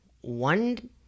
one